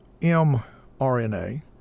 mRNA